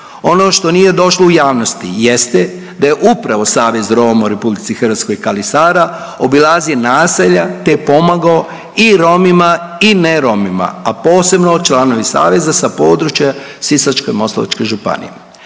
Ono što nije došlo u javnosti jeste da je upravo Savez Roma u RH Kali Sara obilazi naselja te je pomagao i Romima i neromima, a posebno članovi Saveza sa područja Sisačko-moslavačke županije.